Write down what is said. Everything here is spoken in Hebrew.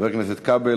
חבר הכנסת כבל,